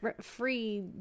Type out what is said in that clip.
free